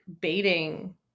baiting